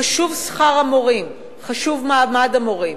חשוב שכר המורים, חשוב מעמד המורים,